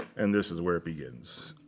and this is where it begins.